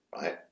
right